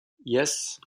yes